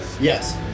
yes